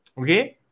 Okay